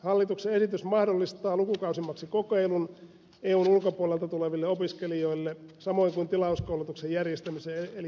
hallituksen esitys mahdollistaa lukukausimaksukokeilun eun ulkopuolelta tuleville opiskelijoille samoin kuin tilauskoulutuksen järjestämisen eli tutkintojen myymisen